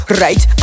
right